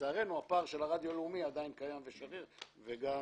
ולצערנו הפער של הרדיו הלאומי עדיין שריר וקיים,